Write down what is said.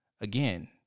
again